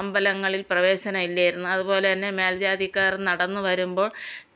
അമ്പലങ്ങളിൽ പ്രവേശനം ഇല്ലായിരുന്നു അതുപോലെ തന്നെ മേല്ജാതിക്കാർ നടന്ന് വരുമ്പോൾ